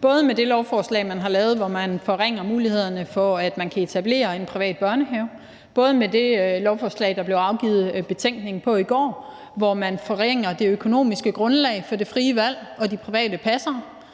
både med det lovforslag, man har lavet, hvor man forringer mulighederne for at kunne etablere en privat børnehave, det lovforslag, der blev afgivet betænkning på i går, hvor man forringer det økonomiske grundlag for det frie valg og de private passere,